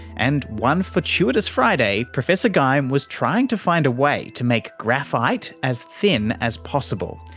and one fortuitous friday professor geim was trying to find a way to make graphite as thin as possible,